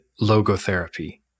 logotherapy